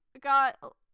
got